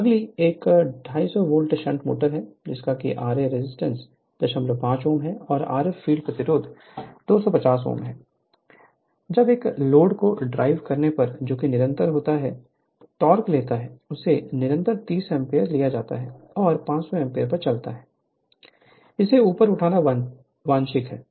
Refer Slide Time 2129 अगले A250 volt shunt motor में ra 05 Ω और Rf फील्ड प्रतिरोध 250 Ω है जब एक लोड को ड्राइव करने पर जो निरंतर होता है टॉर्क लेता है उसे निरंतर 30 एम्पीयर लिया जाता है और 500 rpm पर चलता है इसे ऊपर उठाना वांछित है